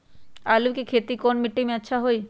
आलु के खेती कौन मिट्टी में अच्छा होइ?